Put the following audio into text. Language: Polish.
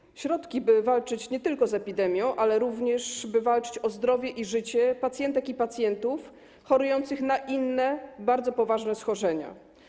Chodzi o środki, by walczyć nie tylko z epidemią, ale również, by walczyć o zdrowie i życie pacjentek i pacjentów chorujących na inne, bardzo poważne schorzenia.